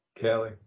Kelly